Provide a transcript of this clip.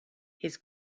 his